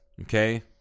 Okay